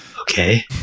okay